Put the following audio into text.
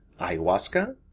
Ayahuasca